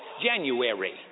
January